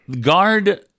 guard